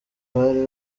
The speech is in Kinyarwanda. bari